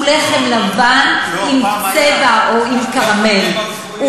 הוא לחם לבן עם צבע או עם קרמל.